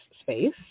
space